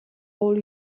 all